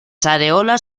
areolas